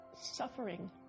suffering